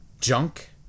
junk